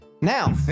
Now